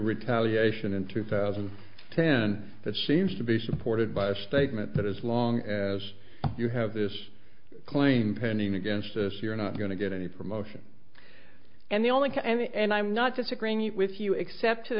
retaliation in two thousand and ten that seems to be supported by a statement that as long as you have this claim pending against us you're not going to get any promotion and the only thing and i'm not disagreeing with you except to the